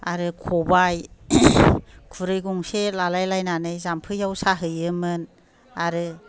आरो खबाइ खुरै गंसे लालाय लायनानै जाम्फैयाव साहैयोमोन आरो